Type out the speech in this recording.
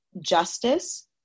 justice